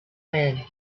when